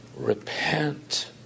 repent